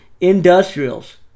Industrials